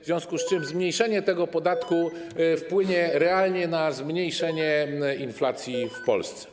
W związku z tym obniżenie tego podatku wpłynie realnie na zmniejszenie inflacji w Polsce.